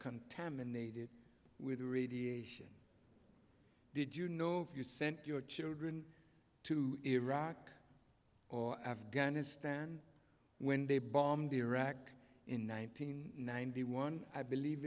contaminated with radiation did you know if you sent your children to iraq or afghanistan when they bombed iraq in one nine hundred ninety one i believe